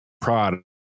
Product